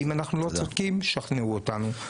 ואם אנחנו לא צודקים, שכנעו אותנו.